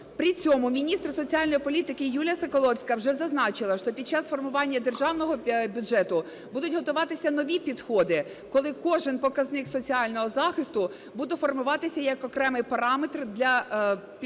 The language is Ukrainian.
При цьому міністр соціальної політики Юлія Соколовська вже зазначила, що під час формування Державного бюджету будуть готуватися нові підходи, коли кожен показник соціального захисту буде формуватися як окремий параметр для підготовки